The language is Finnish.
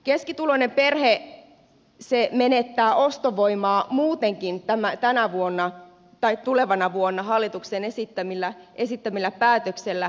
keskituloinen perhe menettää ostovoimaa muutenkin tulevana vuonna hallituksen esittämillä päätöksillä